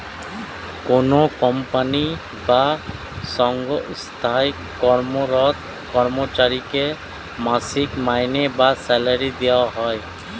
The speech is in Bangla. কোনো কোম্পানি বা সঙ্গস্থায় কর্মরত কর্মচারীকে মাসিক মাইনে বা স্যালারি দেওয়া হয়